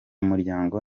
muryango